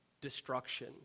destruction